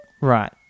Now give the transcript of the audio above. Right